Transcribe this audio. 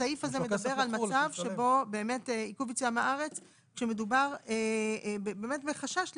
הסעיף הזה מדבר על מצב של עיכוב יציאה מהארץ כשמדובר באמת בחשש ליציאה.